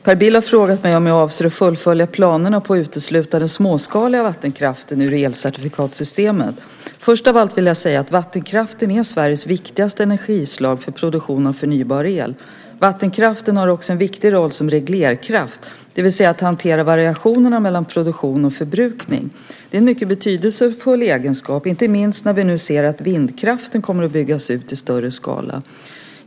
Per Bill har frågat mig om jag avser att fullfölja planerna på att utesluta den småskaliga vattenkraften ur elcertifikatsystemet. Först av allt vill jag säga att vattenkraften är Sveriges viktigaste energislag för produktion av förnybar el. Vattenkraften har också en viktig roll som reglerkraft, det vill säga att hantera variationerna mellan produktion och förbrukning av el. Det är en mycket betydelsefull egenskap - inte minst när vi nu ser att vindkraften kommer att byggas ut i större skala.